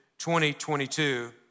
2022